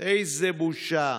איזו בושה.